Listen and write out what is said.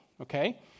Okay